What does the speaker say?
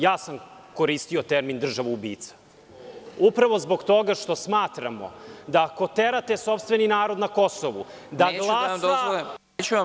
Ja sam koristio termin „državoubica“, upravo zbog toga što smatramo da ako terate sopstveni narod na Kosovu da glasa